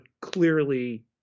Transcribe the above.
clearly